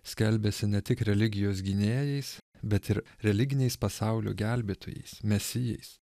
skelbiasi ne tik religijos gynėjais bet ir religiniais pasaulio gelbėtojais mesijais